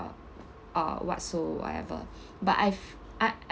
uh uh what so whatever but I've uh